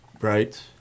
Right